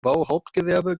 bauhauptgewerbe